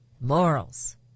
morals